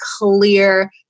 clear